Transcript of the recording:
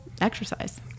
exercise